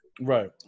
Right